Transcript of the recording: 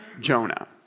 Jonah